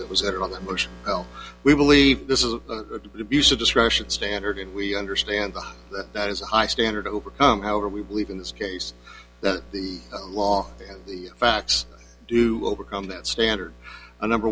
that was that on the motion well we believe this is a abuse of discretion standard and we understand that that is a high standard to overcome however we believe in this case that the law and the facts do overcome that standard a number